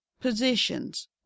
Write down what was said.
positions